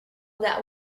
that